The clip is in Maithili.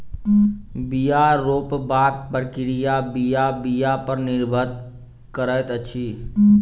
बीया रोपबाक प्रक्रिया बीया बीया पर निर्भर करैत अछि